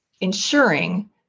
ensuring